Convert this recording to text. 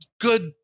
good